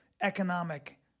economic